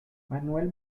manuel